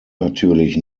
natürlich